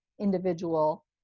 individual